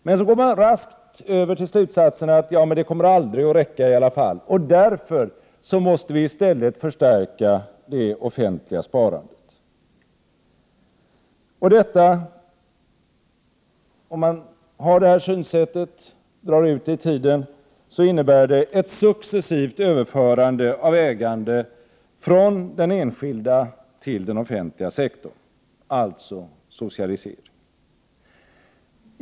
Men sedan drar man raskt slutsatsen att det i alla fall inte kommer att räcka, och därför måste man i stället förstärka det offentliga sparandet. Om man har det här synsättet och drar ut det i tiden innebär det ett successivt överförande av ägande från den enskilda sektorn till den offentliga sektorn, dvs. socialisering.